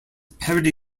parody